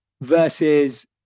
versus